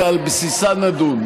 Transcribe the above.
ועל בסיסה נדון.